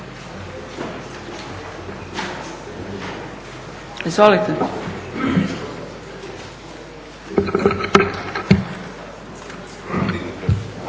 Izvolite.